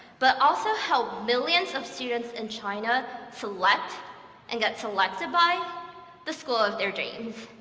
but also help millions of students in china select and get selected by the school of their dreams.